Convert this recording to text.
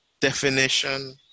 definition